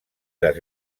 les